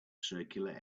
circular